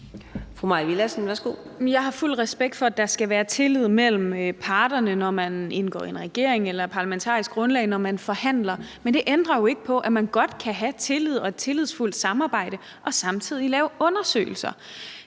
Jeg har fuld respekt for, at der skal være tillid mellem parterne, når man indgår i en regering eller et parlamentarisk grundlag, når man forhandler. Men det ændrer jo ikke på, at man godt kan have tillid og et tillidsfuldt samarbejde og samtidig lave undersøgelser.